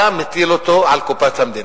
אתה מטיל אותו על קופת המדינה.